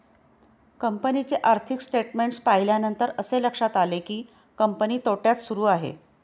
कंपनीचे आर्थिक स्टेटमेंट्स पाहिल्यानंतर असे लक्षात आले की, कंपनी तोट्यात सुरू आहे